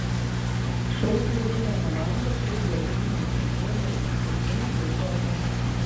šou kūrybinė komanda turi gerų žinių prasideda išskirtinė grupių atranka